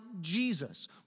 Jesus